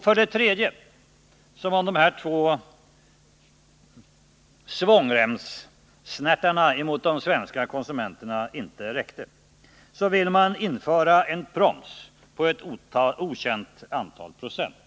För det tredje: Som om dessa två svångremssnärtar mot de svenska konsumenterna inte räckte vill socialdemokraterna dessutom införa en proms på ett okänt antal procent.